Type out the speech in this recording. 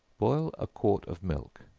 boil a quart of milk,